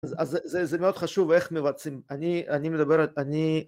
אז זה זה מאוד חשוב ואיך מבצעים, אני מדבר, אני